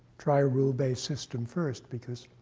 try a rule-based system first, because